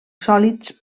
sòlids